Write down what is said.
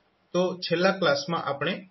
તો છેલ્લા કલાસમાં આપણે આની ચર્ચા કરી હતી